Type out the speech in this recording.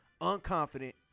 unconfident –